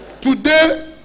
today